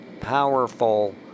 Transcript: powerful